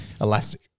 Elastic